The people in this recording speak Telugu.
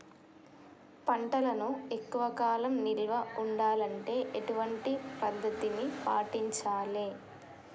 పంటలను ఎక్కువ కాలం నిల్వ ఉండాలంటే ఎటువంటి పద్ధతిని పాటించాలే?